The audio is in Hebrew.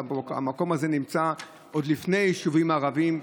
המקום הזה נמצא עוד לפני יישובים ערביים.